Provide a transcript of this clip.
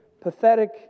pathetic